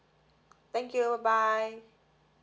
thank you bye